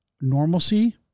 normalcy